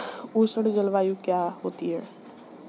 उष्ण जलवायु क्या होती है?